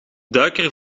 duiker